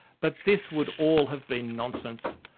but this would all have been nonsense.